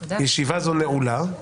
ישיבה זו נעולה.